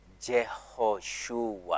Jehoshua